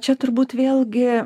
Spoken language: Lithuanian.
čia turbūt vėlgi